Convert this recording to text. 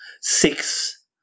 six